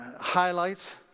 highlights